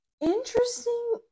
Interesting